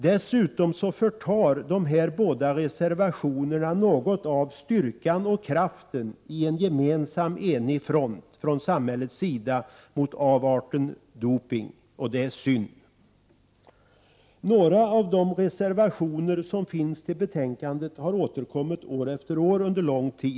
För det andra förtar dessa båda reservationer något av styrkan och kraften i en enig front från samhällets sida mot avarten dopning. Det är synd. Några av de reservationer som finns i betänkandet har återkommit år efter år.